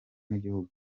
n’igihugu